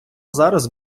зараз